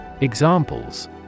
Examples